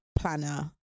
planner